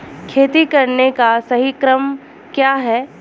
खेती करने का सही क्रम क्या है?